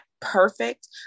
perfect